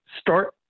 start